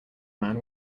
man